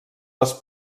les